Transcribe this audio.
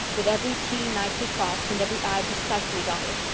with every t nicely crossed and every i precisely dotted,